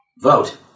vote